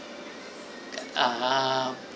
a'ah